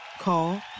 Call